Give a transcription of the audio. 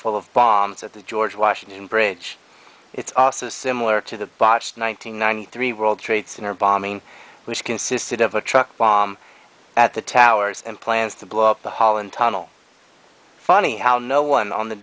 full of bombs at the george washington bridge it's also a similar to the botched one nine hundred ninety three world trade center bombing which consisted of a truck bomb at the towers and plans to blow up the holland tunnel funny how no one on the